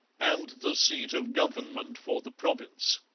and the seat of government for the province.